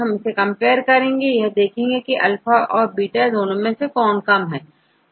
हम इसे कंपेयर करेंगे और यह देखेंगे की अल्फा और बीटा वैसे कौन कम है